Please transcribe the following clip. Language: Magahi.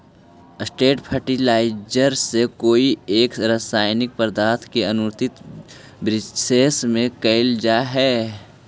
स्ट्रेट फर्टिलाइजर से कोई एक रसायनिक पदार्थ के आपूर्ति वृक्षविशेष में कैइल जा हई